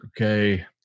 okay